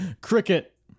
Cricket